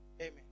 Amen